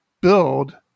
build